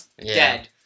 dead